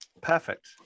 Perfect